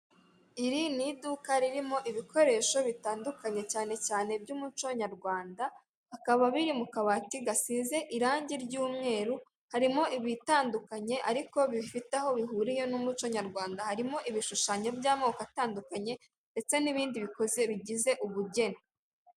Iri ni iduka ririmo ibikoresho bitandukanye cyane cyane by'umuco nyarwanda, akaba biri mu kabati gasize irangi ry'umweru, harimo ibitandukanye ariko bifite aho bihuriye n'umuco nyarwanda, harimo ibishushanyo by'amoko atandukanye ndetse n'ibindi bikoze/bigize ubugeni.